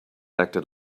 acted